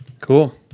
Cool